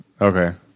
Okay